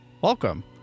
welcome